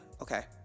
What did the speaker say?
Okay